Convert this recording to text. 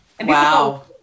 Wow